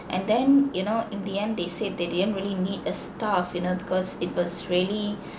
and then you know in the end they said they didn't really need a staff you know because it was really